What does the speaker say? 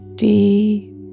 deep